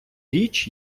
річ